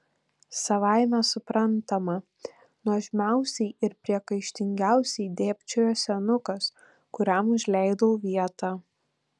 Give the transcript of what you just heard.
savaime suprantama nuožmiausiai ir priekaištingiausiai dėbčiojo senukas kuriam užleidau vietą